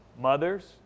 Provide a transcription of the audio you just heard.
Mothers